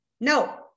No